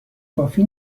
کافی